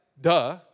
duh